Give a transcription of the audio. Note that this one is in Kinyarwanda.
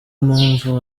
mpamvu